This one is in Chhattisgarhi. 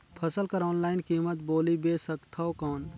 फसल कर ऑनलाइन कीमत बोली बेच सकथव कौन?